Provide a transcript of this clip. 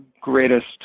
greatest